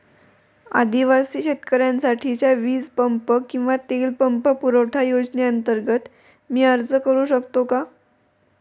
आदिवासी शेतकऱ्यांसाठीच्या वीज पंप किंवा तेल पंप पुरवठा योजनेअंतर्गत मी अर्ज करू शकतो का?